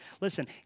Listen